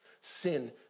Sin